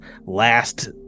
last